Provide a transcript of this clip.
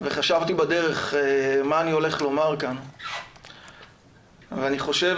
חשבתי בדרך מה אני הולך לומר כאן ואני חושב